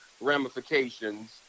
ramifications